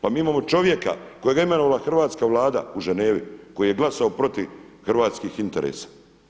Pa mi imamo čovjeka kojeg je imenovala hrvatska Vlada u Ženevi, koji je glasao protiv hrvatskih interesa.